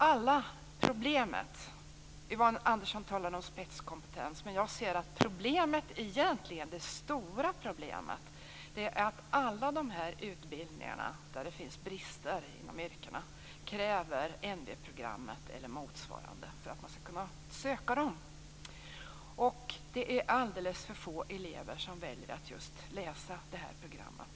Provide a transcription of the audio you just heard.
Yvonne Andersson talade om spetskompetens. Men jag anser att det stora problemet egentligen är att alla de utbildningar som leder till de yrken där det finns brister kräver NV-programmet eller motsvarande för att man skall kunna söka dem. Det är alldeles för få elever som väljer att läsa just det programmet.